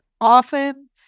often